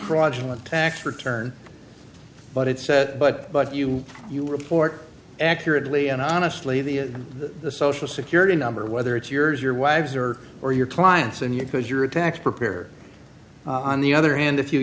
fraudulent tax return but it's set but but you you report accurately and honestly the the social security number whether it's yours your wives or or your clients and you because you're a tax preparer on the other hand if you